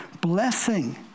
blessing